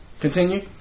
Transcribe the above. Continue